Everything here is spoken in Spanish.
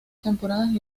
temporadas